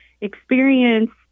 experienced